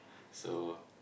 so